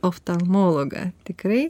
oftalmologą tikrai